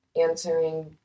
answering